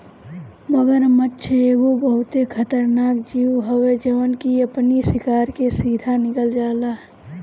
मगरमच्छ एगो बहुते खतरनाक जीव हवे जवन की अपनी शिकार के सीधा निगल जाला